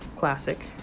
classic